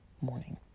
morning